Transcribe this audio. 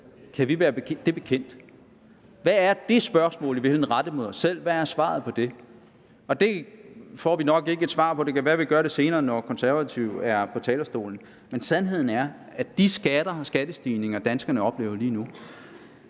Kan vi være det bekendt, hvad er – og det spørgsmål er i virkeligheden rettet mod os selv – svaret på det? Og det får vi nok ikke et svar på. Det kan være, vi gør det senere, når Konservative er på talerstolen. Men sandheden er, at de skatter og skattestigninger, som danskerne oplever lige nu,